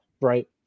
right